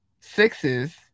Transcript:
sixes